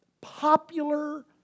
popular